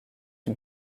une